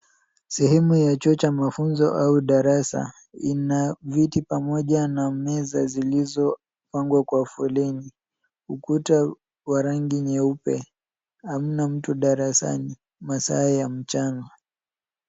Sehemu ya chuo cha mafunzo au darasa ina viti pamoja na meza zilizopangwa kwa foleni. Ukuta wa rangi nyeupe. Hamna mtu darasani. Masaa ya mchana.